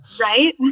Right